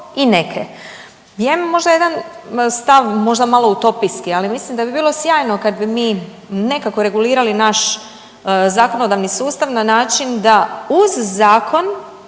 i neke. Ja imam možda jedan stav, možda malo utopijski, ali mislim da bi bilo sjajno kad bi mi nekako regulirali naš zakonodavni sustav na način da uz zakon